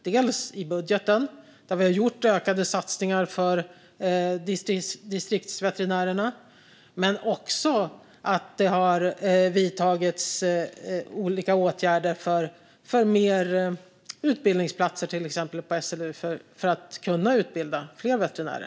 I budgeten har vi gjort ökade satsningar på distriktsveterinärerna. Det har också vidtagits åtgärder för fler utbildningsplatser på SLU för att kunna utbilda fler veterinärer.